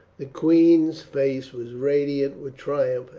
the queen's face was radiant with triumph,